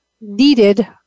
needed